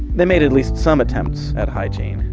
they made at least some attempts at hygiene.